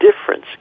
difference